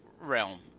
realm